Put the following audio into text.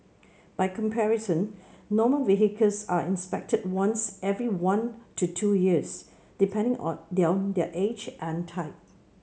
by comparison normal vehicles are inspected once every one to two years depending on their age and type